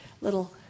little